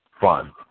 fun